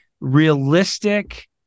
Realistic